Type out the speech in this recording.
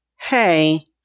Hey